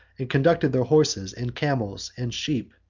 and conducted their horses, and camels, and sheep,